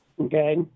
Okay